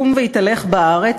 קום והתהלך בארץ,